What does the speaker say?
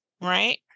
right